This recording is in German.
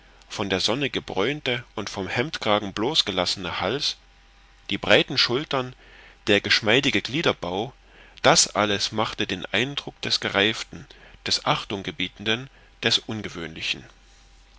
von der sonne gebräunte und vom hemdkragen bloß gelassene hals die breiten schultern der geschmeidige gliederbau das alles machte den eindruck des gereiften des achtunggebietenden des ungewöhnlichen